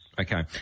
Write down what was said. Okay